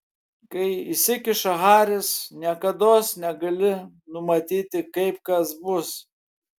kai įsikiša haris niekados negali numatyti kaip kas bus